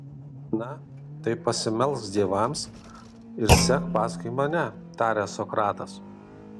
na tai pasimelsk dievams ir sek paskui mane taria sokratas